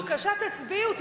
בבקשה, תצביעו.